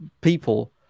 people